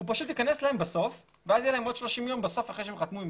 הוא פשוט ייכנס להם בסוף ואז יהיו להם עוד 30 ימים אחרי שהם חתמו.